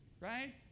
right